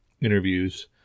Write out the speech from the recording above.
interviews